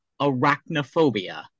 Arachnophobia